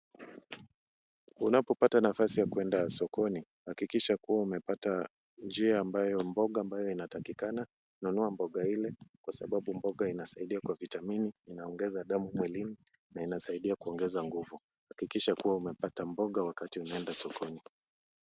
Unapopata nafasi ya kuenda sokoni hakikisha kuwa umepata njia ambayo mboga ambayo inatakikana, nunua mboga ile kwa sababu mboga inasaidia kwa vitamini, inaongeza damu mwilini na inasaidia kuongeza nguvu. Hakikisha kuwa umepata mboga wakati umeenda sokoni.